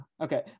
Okay